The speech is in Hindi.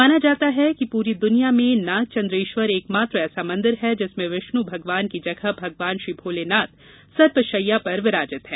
माना जाता है कि पूरी दुनिया में नागचन्द्रेश्वर एक मात्र ऐसा मंदिर है जिसमें विष्णु भगवान की जगह भगवान श्री भोलेनाथ सर्पशैया पर विराजित है